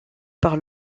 par